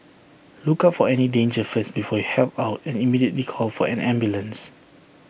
look out for any danger first before you help out and immediately call for an ambulance